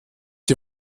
die